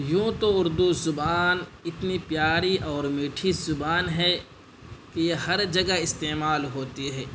یوں تو اردو زبان اتنی پیاری اور میٹھی زبان ہے کہ یہ ہر جگہ استعمال ہوتی ہے